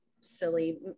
silly